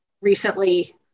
recently